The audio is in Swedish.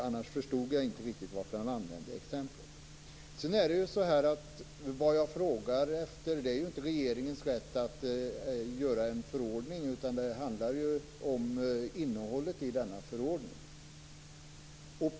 Annars förstod jag inte riktigt varför han använde exemplet. Det jag frågar efter är inte regeringens rätt att utfärda en förordning. Det handlar ju om innehållet i denna förordning.